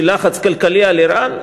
של לחץ כלכלי על איראן,